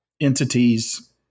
entities